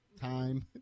time